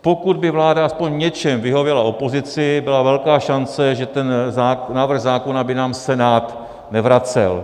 Pokud by vláda aspoň v něčem vyhověla opozici, byla velká šance, že ten návrh zákona by nám Senát nevracel.